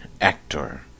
actor